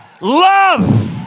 love